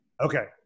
Okay